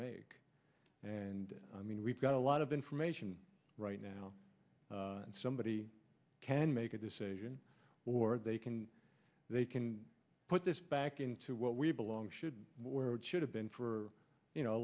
make and i mean we've got a lot of information right now and somebody can make a decision or they can they can put this back into what we belong should where it should have been for you know a